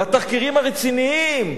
לתחקירים הרציניים,